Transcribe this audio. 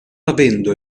avendo